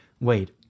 Wait